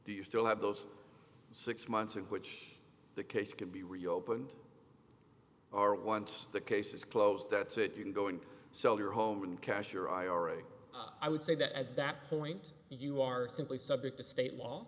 do you still have those six months in which the case can be reopened are once the case is closed that's it you can go and sell your home and cash your ira i would say that at that point you are simply subject to state law